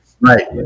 Right